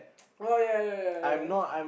oh ya ya ya ya